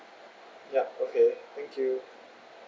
yup okay thank you